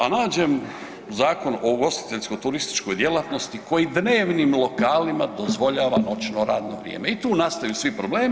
A nađem u Zakonu o ugostiteljsko-turističkoj djelatnosti koji dnevnim lokalima dozvoljava noćno radno vrijeme i tu nastaju svi problemi.